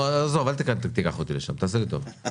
עזוב, אל תיקח אותי לשם, תעשה לי טובה.